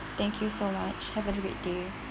thank you so much have a great day